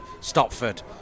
Stopford